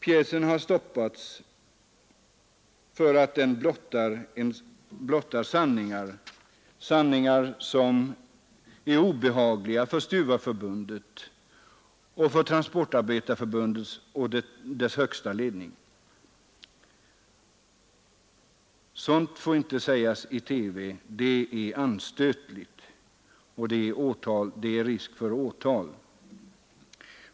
Pjäsen har stoppats för att den blottar sanningar, som är obehagliga för Stuvareförbundet och för Transport arbetareförbundet och dess högsta ledning. Sådant får inte sägas i TV. Det är anstötligt, och det föreligger risk för åtal.